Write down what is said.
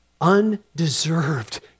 Undeserved